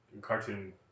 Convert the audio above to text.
cartoon